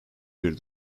bir